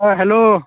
hello